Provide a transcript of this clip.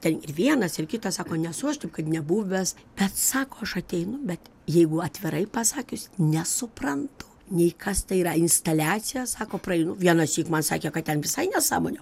ten ir vienas ir kitas sako nesu aš taip kad nebuvęs bet sako aš ateinu bet jeigu atvirai pasakius nesuprantu nei kas tai yra instaliacija sako praeinu vienąsyk man sakė kad ten visai nesąmonė